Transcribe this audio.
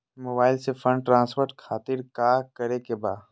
Mobile से fund transfer खातिर काका करे के बा?